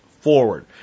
forward